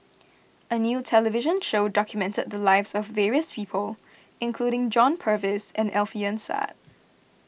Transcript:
a new television show documented the lives of various people including John Purvis and Alfian Sa'At